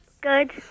Good